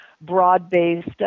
broad-based